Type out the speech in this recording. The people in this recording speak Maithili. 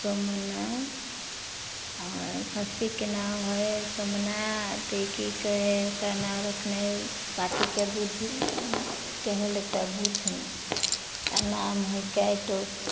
सोमना खस्सीके नाम हइ सोमना तऽ की कहै हइ ओकरा नाम रखने बाछीके बुधके होलै तऽ बुधनी आ नाम हइ कैटोप